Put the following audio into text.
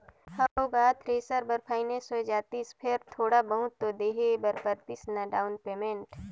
हव गा थेरेसर बर फाइनेंस होए जातिस फेर थोड़ा बहुत तो देहे बर परतिस ना डाउन पेमेंट